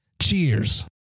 Cheers